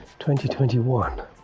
2021